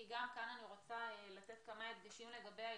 כי גם כאן אני רוצה לתת כמה הדגשים לגבי הילדים,